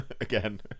again